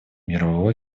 мирового